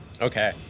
Okay